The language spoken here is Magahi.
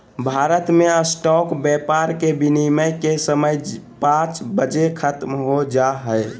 भारत मे स्टॉक व्यापार के विनियम के समय पांच बजे ख़त्म हो जा हय